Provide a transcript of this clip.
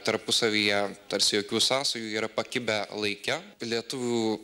tarpusavyje tarsi jokių sąsajų yra pakibę laike lietuvių